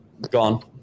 gone